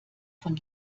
von